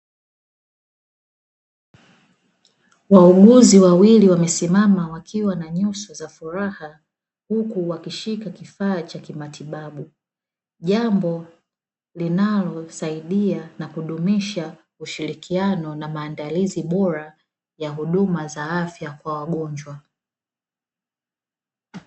Wauguzi wawili wamesimama wakiwa na nyuso za furaha huku wakishika kifaa cha kimatibabu, jambo linalosaidia na kudumisha ushiriakiano na maandalizi bora ya huduma za afya kwa wagonjwa.